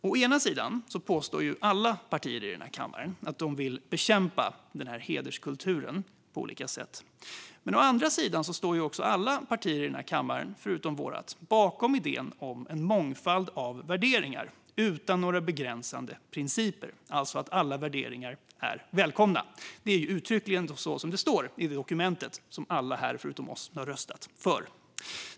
Å ena sidan påstår alla partier i kammaren att de vill bekämpa hederskulturen på olika sätt, men å andra sidan står alla partier i kammaren - förutom Sverigedemokraterna - bakom idén om en mångfald av värderingar utan några begränsande principer. Alla värderingar är välkomna. Det är vad som uttryckligen står i dokumentet, som alla här förutom vi har röstat för.